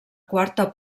quarta